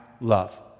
love